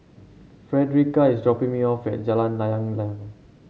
Fredericka is dropping me off at Jalan Layang Layang